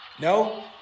No